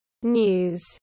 News